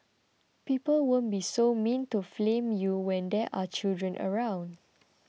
people won't be so mean to flame you when there are children around